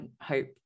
hope